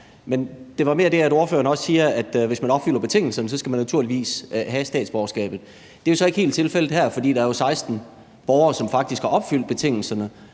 Men det var mere det, at ordføreren også siger, at hvis man opfylder betingelserne, skal man naturligvis have statsborgerskab. Det er så ikke helt tilfældet her, for der er jo faktisk 16 borgere, som har opfyldt betingelserne,